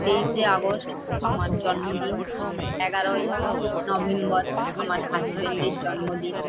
তেইশে আগস্ট আমার জন্মদিন এগারোই নভেম্বর আমার হাজব্যাণ্ডের জন্মদিন